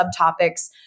subtopics